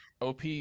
OP